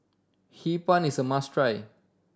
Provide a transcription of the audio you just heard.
Hee Pan is a must try